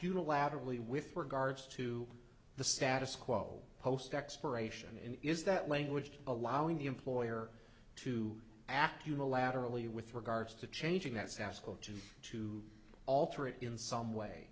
unilaterally with regards to the status quo post expiration in is that language allowing the employer to act unilaterally with regards to changing that sas code to to alter it in some way